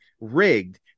rigged